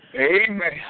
Amen